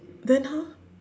then how